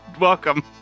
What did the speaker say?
welcome